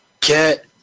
Get